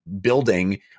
building